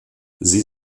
sie